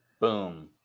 Boom